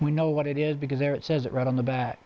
we know what it is because there it says it right on the back